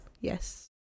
Yes